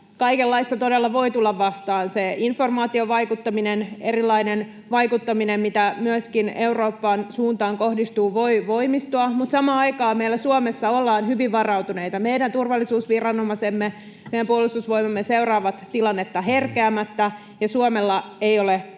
kaikenlaista todella voi tulla vastaan. Se informaatiovaikuttaminen ja erilainen vaikuttaminen, mitä myöskin Euroopan suuntaan kohdistuu, voi voimistua, mutta samaan aikaan meillä Suomessa ollaan hyvin varautuneita. Meidän turvallisuusviranomaisemme ja meidän Puolustusvoimamme seuraavat tilannetta herkeämättä, ja Suomella ei ole mitään